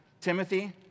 Timothy